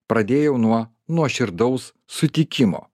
pradėjau nuo nuoširdaus sutikimo